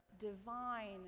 divine